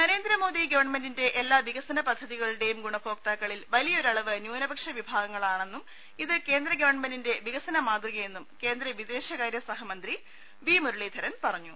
നരേന്ദ്രമോദി ഗവൺമെന്റിന്റെ എല്ലാ വികസന പദ്ധതികളുടെയും ഗുണഭോക്താക്കളിൽ വലിയൊരു അളവ് ന്യൂനപക്ഷ വിഭാഗങ്ങളാ ണെന്നും ഇതാണ് കേന്ദ്ര ഗവൺമെന്റിന്റെ വികസന മാതൃകയെന്നും കേന്ദ്ര വിദേശകാര്യ സഹമന്ത്രി വി മുരളീധരൻ പറഞ്ഞു